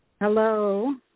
hello